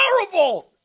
terrible